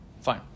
Fine